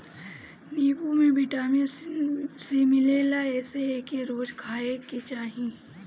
नीबू में vitamin C मिलेला एसे एके रोज खाए के चाही